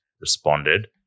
responded